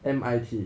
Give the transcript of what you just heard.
M_I_T